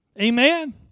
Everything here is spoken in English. Amen